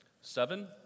Seven